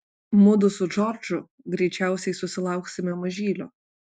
mudu su džordžu greičiausiai susilauksime mažylio